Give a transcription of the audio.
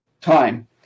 time